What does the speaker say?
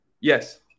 Yes